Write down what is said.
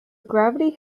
gravity